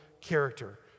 character